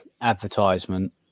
advertisement